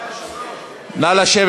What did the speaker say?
נא לשבת.